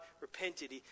repented